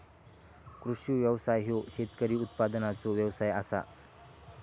कृषी व्यवसाय ह्यो शेतकी उत्पादनाचो व्यवसाय आसा